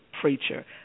preacher